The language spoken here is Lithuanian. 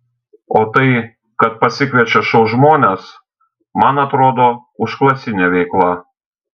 o tai kad pasikviečia šou žmones man atrodo užklasinė veikla